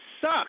suck